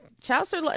Chaucer